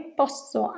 posso